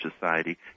society